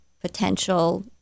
potential